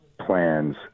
plans